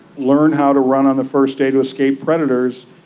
learn how to run on the first day to escape predators,